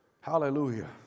Hallelujah